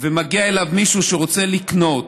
ומגיע מישהו שרוצה לקנות,